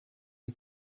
een